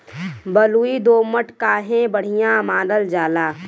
बलुई दोमट काहे बढ़िया मानल जाला?